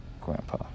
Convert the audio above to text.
Grandpa